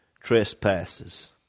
trespasses